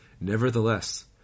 Nevertheless